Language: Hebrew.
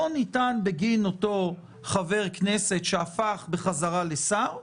לא ניתן בגין אותו חבר כנסת שהפך בחזרה לשר,